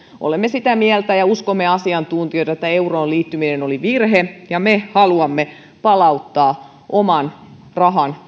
olemme sitä mieltä ja uskomme asiantuntijoita että euroon liittyminen oli virhe ja me haluamme palauttaa takaisin oman rahan